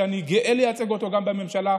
שאני גאה לייצג אותו בממשלה.